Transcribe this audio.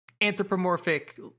anthropomorphic